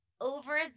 over